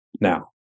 Now